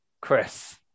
Chris